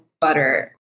butter